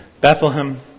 Bethlehem